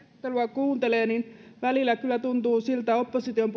kuuntelee niin välillä kyllä tuntuvat opposition